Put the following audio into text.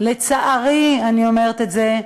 לצערי אני אומרת את זה,